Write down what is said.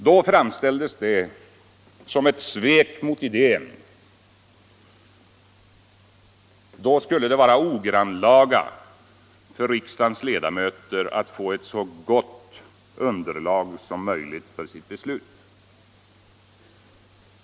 Då framställdes det som ett svek mot idén — då skulle det vara ogrannlaga för riksdagens ledamöter att få ett så gott underlag som möjligt för sitt beslut.